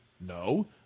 No